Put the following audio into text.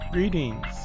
Greetings